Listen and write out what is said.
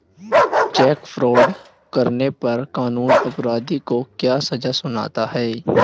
Check fraud करने पर कानून अपराधी को क्या सजा सुनाता है?